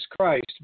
Christ